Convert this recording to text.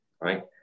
right